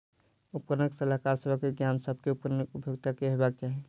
उपकरणक सलाहकार सेवा के ज्ञान, सभ उपकरण उपभोगता के हेबाक चाही